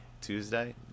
Tuesday